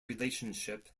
relationship